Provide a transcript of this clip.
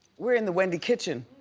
we're in the wendy kitchen,